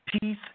peace